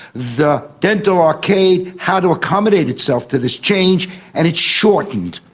the dental arcade had to accommodate itself to this change and it shortened.